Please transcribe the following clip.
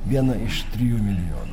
viena iš trijų milijonų